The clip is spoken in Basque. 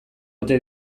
ote